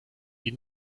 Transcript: die